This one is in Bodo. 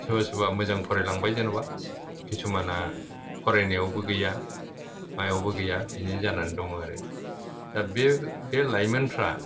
सोरबा सोरबा मोजां फरायलांबाय जेनेबा किसुमाना फरायनायावबो गैया मायावबो गैया बेनो जानानै दङ आरो दा बे लाइमोनफ्रा